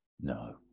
No